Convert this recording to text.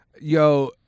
yo